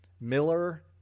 Miller